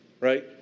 Right